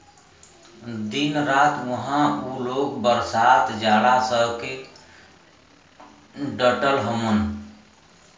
दिन रात उहां उ लोग बरसात जाड़ा सह के डटल हउवन